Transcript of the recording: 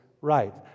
right